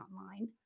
online